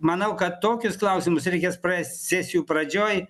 manau kad tokius klausimus reikia spręst sesijų pradžioj